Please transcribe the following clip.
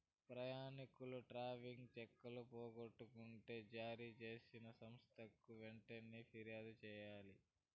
ప్రయాణికులు ట్రావెలర్ చెక్కులు పోగొట్టుకుంటే జారీ చేసిన సంస్థకి వెంటనే ఫిర్యాదు చెయ్యాలి